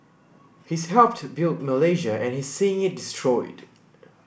he's helped built Malaysia and he's seeing it destroyed